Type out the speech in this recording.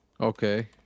Okay